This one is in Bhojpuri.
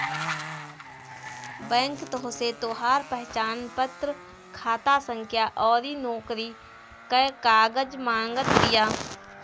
बैंक तोहसे तोहार पहचानपत्र, खाता संख्या अउरी नोकरी कअ कागज मांगत बिया